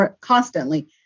constantly